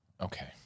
Okay